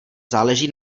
záleží